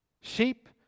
Sheep